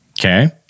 Okay